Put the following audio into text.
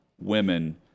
women